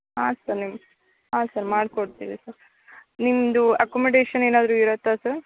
ಹಾಂ ಸರ್ ನಿಮ್ಮ ಹಾಂ ಸರ್ ಮಾಡಿಕೊಡ್ತಿವಿ ಸರ್ ನಿಮ್ಮದು ಅಕೊಮೆಡೇಶನ್ ಏನಾದ್ರು ಇರುತ್ತ ಸರ್